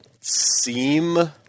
seem